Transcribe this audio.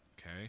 okay